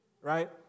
Right